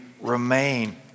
remain